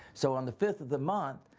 so on the fifth of the month,